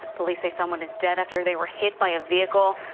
police say someone is dead after they were hit by a vehicle.